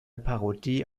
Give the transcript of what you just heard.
parodie